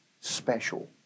special